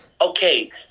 Okay